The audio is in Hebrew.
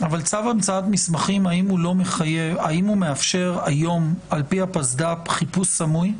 אבל האם צו המצאת מסמכים מאפשר היום על פי הפסד"פ חיפוש סמוי?